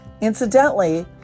Incidentally